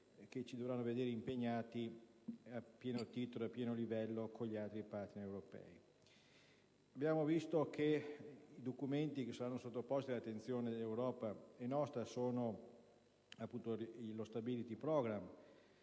che ci dovranno vedere impegnati a pieno titolo e a pari livello con gli altri *partner* europei. Vi sono alcuni documenti che saranno sottoposti all'attenzione dell'Europa e nostra. Per quanto riguarda lo *Stability Programme*,